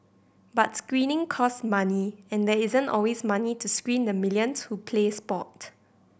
but screening costs money and there isn't always money to screen the millions who play sport